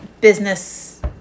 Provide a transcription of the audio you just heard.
business